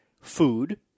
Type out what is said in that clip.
food